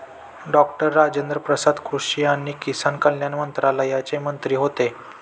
doctor Rajendra Prasad कृषी आणि किसान कल्याण मंत्रालयाचे मंत्री होते